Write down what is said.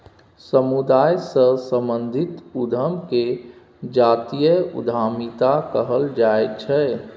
समुदाय सँ संबंधित उद्यम केँ जातीय उद्यमिता कहल जाइ छै